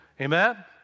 Amen